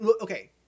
okay